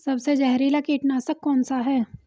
सबसे जहरीला कीटनाशक कौन सा है?